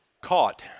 caught